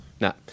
No